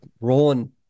rolling